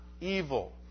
evil